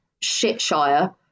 shitshire